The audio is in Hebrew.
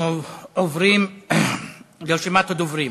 אנחנו עוברים לרשימת הדוברים: